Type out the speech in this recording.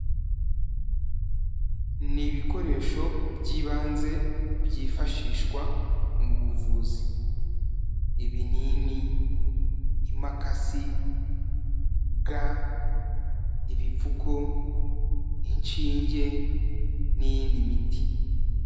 Ni ibikoresho by'ibanze byifashishwa mu buvuzi. Ibinini, imakasi, ga, ibipfuko, inshinge n'iy'indi miti.